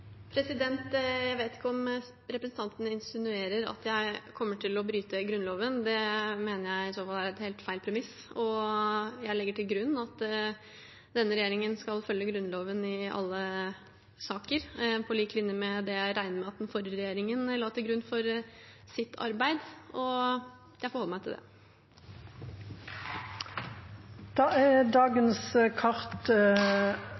Jeg vet ikke om representanten insinuerer at jeg kommer til å bryte Grunnloven. Det mener jeg i så fall er et helt feil premiss. Jeg legger til grunn at denne regjeringen skal følge Grunnloven i alle saker, på lik linje med det jeg regner med at den forrige regjeringen la til grunn for sitt arbeid, og jeg forholder meg til det. Da er